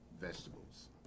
vegetables